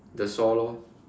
the saw lor